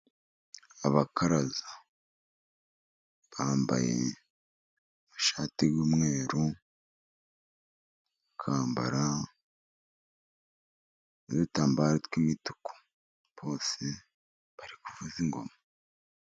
Abakaraza bambaye amashati y'umweru, bakambara n'udutambaro tw'imituku bose bari kuvuza ingoma.